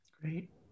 Great